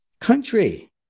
country